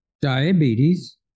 diabetes